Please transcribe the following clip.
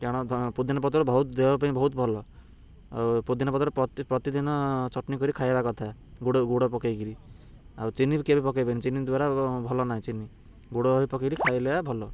କାରଣ ପୁଦିନା ପତ୍ର ବହୁତ ଦେହ ପାଇଁ ବହୁତ ଭଲ ଆଉ ପୁଦିନା ପତ୍ର ପ୍ରତିଦିନ ଚଟଣି କରି ଖାଇବା କଥା ଗୁଡ଼ ଗୁଡ଼ ପକାଇକିରି ଆଉ ଚିନିରେ କେବେ ପକାଇବେନି ଚିନି ଦ୍ୱାରା ଭଲ ନାହିଁ ଚିନି ଗୁଡ଼ ହୋଇ ପକାଇକିରି ଖାଇଲେ ଭଲ